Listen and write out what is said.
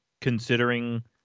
considering